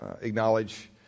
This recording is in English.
acknowledge